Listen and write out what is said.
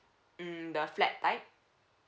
mm the flat type